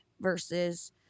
Versus